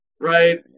Right